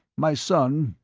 my son,